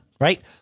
right